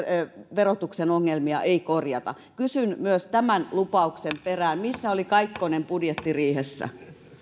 verotuksen ongelmia ei korjata kysyn myös tämän lupauksen perään missä oli kaikkonen budjettiriihessä